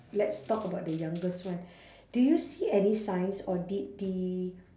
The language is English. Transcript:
let's talk about the youngest one did you see any signs or did the